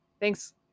Thanks